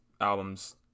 albums